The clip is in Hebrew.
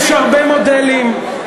יש הרבה מודלים.